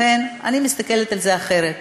לכן, אני מסתכלת על זה אחרת.